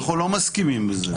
אנחנו לא מסכימים לזה.